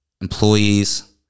employees